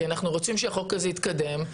כי אנחנו רוצים שהחוק הזה יתקדם,